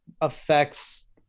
affects